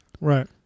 Right